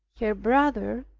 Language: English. her brother,